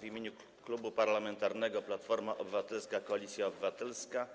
W imieniu Klubu Parlamentarnego Platforma Obywatelska - Koalicja Obywatelska